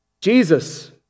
Jesus